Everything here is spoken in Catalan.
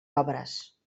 obres